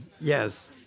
Yes